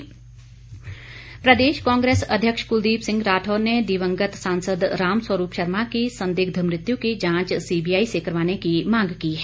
राठौर प्रदेश कांग्रेस अध्यक्ष कुलदीप सिंह राठौर ने दिवंगत सांसद राम स्वरूप शर्मा की संदिग्ध मृत्यु की जांच सीबीआई से करवाने की मांग की है